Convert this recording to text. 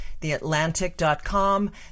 TheAtlantic.com